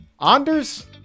Anders